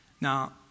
Now